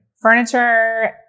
furniture